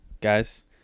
guys